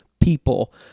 people